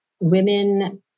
Women